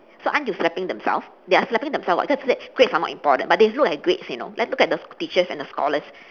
so aren't you slapping themselves they are slapping themselves [what] cause they said grades are not important but they look at grades you know let's look at the teachers and the scholars